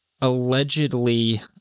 Allegedly